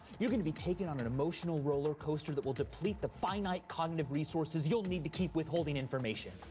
you're gonna be taken on an emotional roller coaster that will deplete the finite cognitive resources you'll need to keep withholding information.